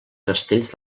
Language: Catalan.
castells